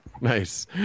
Nice